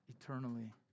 eternally